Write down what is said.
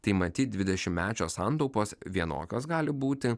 tai matyt dvidešimtmečio santaupos vienokios gali būti